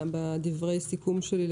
היום.